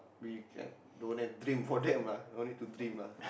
we can don't have dream for that lah no need to dream lah